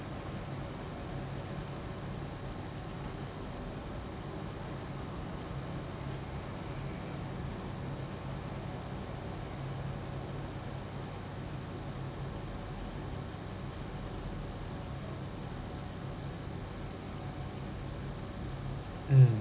mm